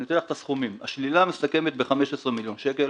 אני אתן את הסכומים: השלילה מסתכמת ב-15 מיליון שקל